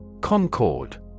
Concord